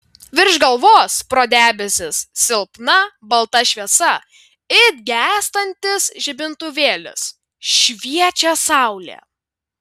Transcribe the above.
virš galvos pro debesis silpna balta šviesa it gęstantis žibintuvėlis šviečia saulė